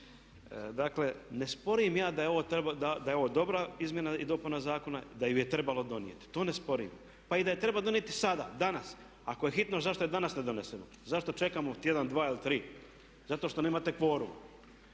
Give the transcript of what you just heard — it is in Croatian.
Dakle, ne sporim ja da je ovo dobra izmjena i dopuna zakona i da ju je trebalo donijeti. To ne sporim. Pa da je i treba donijet sada, danas, ako je hitno zašto je danas ne donesemo, zašto čekamo tjedan, dva ili tri, zašto? Zato što nemate kvorum.